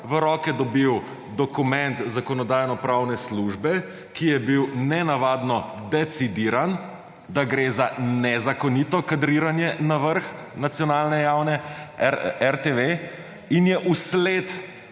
v roke dobil dokument Zakonodajno-pravne službe, ki je bil nenavadno decidiran, da gre za nezakonito kadriranje na vrh nacionalne javne RTV in je v sled